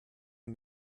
der